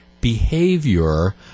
behavior